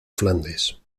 flandes